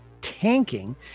tanking